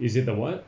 is it the what